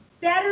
better